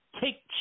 take